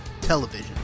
television